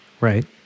Right